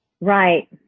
Right